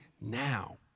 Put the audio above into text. now